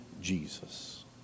Jesus